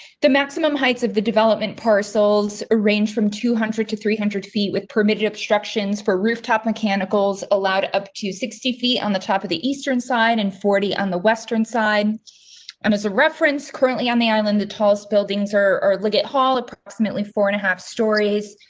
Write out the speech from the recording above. the maximum heights of the development parcels arrange from two hundred to three hundred feet with permitted obstructions for rooftop. mechanicals allowed up to sixty fee on the top of the eastern side, and forty on the western side and as a reference currently on the island, the tall buildings are are hall approximately four and a half stories,